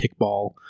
kickball